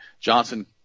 Johnson